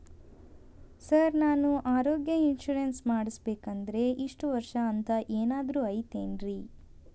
Sir ನಾನು ಆರೋಗ್ಯ insurance ಮಾಡಿಸ್ಬೇಕಂದ್ರೆ ಇಷ್ಟ ವರ್ಷ ಅಂಥ ಏನಾದ್ರು ಐತೇನ್ರೇ?